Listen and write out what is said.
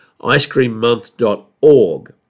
icecreammonth.org